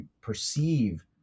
perceive